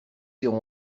irons